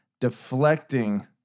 Deflecting